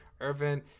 Irvin